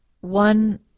One